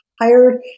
hired